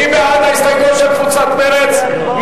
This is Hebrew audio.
מי בעד ההסתייגויות של קבוצת מרצ?